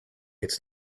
its